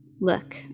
look